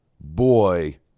boy